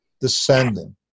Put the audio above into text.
descending